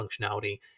functionality